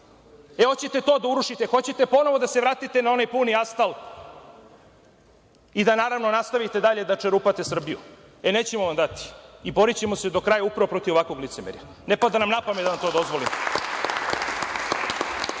izvora. Hoćete to da urušite, hoćete ponovo da se vratite na onaj puni astal i da, naravno, nastavite dalje da čerupate Srbiju. E, nećemo vam dati. Borićemo se do kraja upravo protiv ovakvog licemerja. Ne pada nam na pamet da vam to dozvolimo.Za